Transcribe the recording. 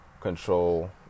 control